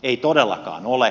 ei todellakaan ole